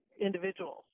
individuals